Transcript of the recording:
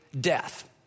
death